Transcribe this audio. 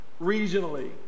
regionally